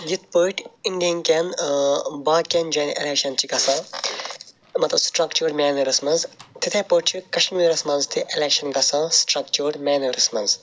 یِتھ پٲٹھۍ اِنڈِکیٚن باقیَن جاین ایٚلیٚکشَن چھِ گَژھان مَطلَب سٕٹرَکچٲڑ مینَرَس مَنٛز تِتھے پٲٹھۍ چھِ کَشمیٖرَس مَنٛز تہِ ایٚلیٚکشَن گَژھان سٕٹرَکچٲڑ مینَرَس مَنٛز